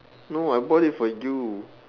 no I bought it for you